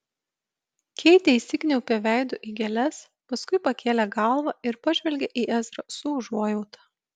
keitė įsikniaubė veidu į gėles paskui pakėlė galvą ir pažvelgė į ezrą su užuojauta